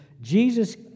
Jesus